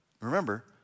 Remember